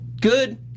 good